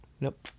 nope